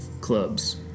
clubs